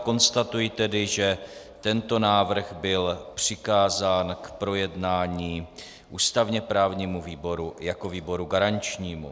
Konstatuji tedy, že tento návrh byl přikázán k projednání ústavněprávnímu výboru jako výboru garančnímu.